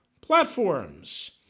platforms